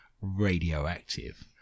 radioactive